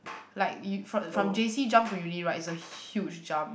like you from from J_C jump to uni right it's a huge jump